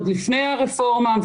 עוד לפני הרפורמה,